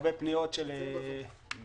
הרבה פניות של עצמאים,